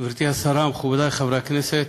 גברתי השרה, מכובדי חברי הכנסת,